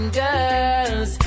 girls